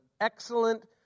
excellent